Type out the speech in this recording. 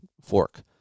fork